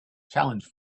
challenge